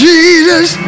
Jesus